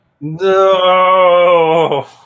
No